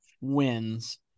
wins